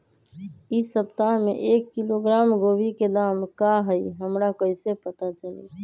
इ सप्ताह में एक किलोग्राम गोभी के दाम का हई हमरा कईसे पता चली?